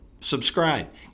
subscribe